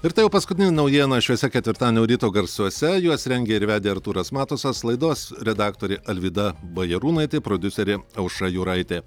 ir tai jau paskutinė naujiena šiuose ketvirtadienio ryto garsuose juos rengė ir vedė artūras matusas laidos redaktorė alvyda bajarūnaitė prodiuserė aušra juraitė